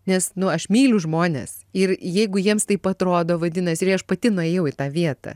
nes nu aš myliu žmones ir jeigu jiems taip atrodo vadinasi ir aš pati nuėjau į tą vietą